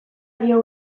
dio